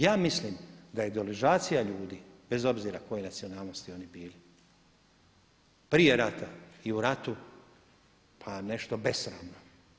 Ja mislim da je deložacija ljudi bez obzira koje nacionalnosti oni bili prije rata i u ratu pa nešto besramno.